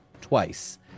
twice